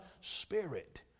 Spirit